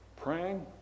praying